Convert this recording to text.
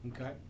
Okay